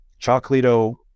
Chocolito